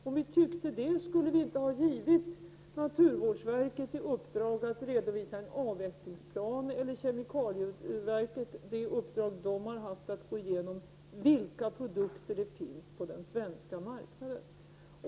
Om vi tyckte det skulle vi inte ha givit naturvårdsverket i uppdrag att redovisa en avvecklingsplan, eller kemikalieinspektionen uppdraget att gå igenom vilka produkter som finns på den svenska marknaden.